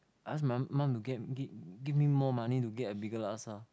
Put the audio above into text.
ask my mum to get give give me more money to get a bigger laksa